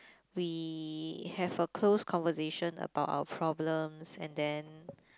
we have a close conversation about our problems and then